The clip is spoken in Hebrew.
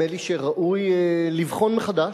ולפיכך נדמה לי שראוי לבחון מחדש,